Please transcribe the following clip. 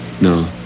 No